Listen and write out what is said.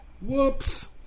Whoops